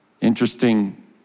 Interesting